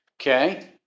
Okay